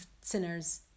sinners